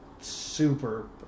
super